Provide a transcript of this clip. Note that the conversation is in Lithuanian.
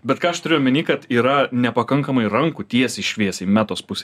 bet ką aš turiu omeny kad yra nepakankamai rankų tiesiai šviesiai metos pusėj